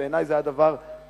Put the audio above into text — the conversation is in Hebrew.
ובעיני זה היה דבר חמור,